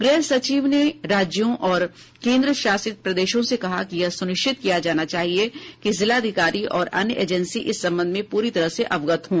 गृह सचिव ने राज्यों और केन्द्रशासित प्रदेशोंसे कहा कि यह सुनिश्चित किया जाना चाहिए कि जिला अधिकारी और अन्य एजेंसी इस संबंधमें प्री तरह से अवगत हों